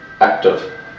active